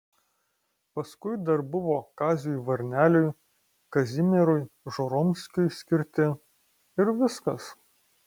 paskui dar buvo kaziui varneliui kazimierui žoromskiui skirti ir viskas